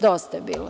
Dosta je bilo.